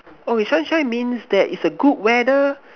oh if sunshine means that it's a good weather